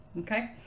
Okay